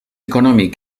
econòmic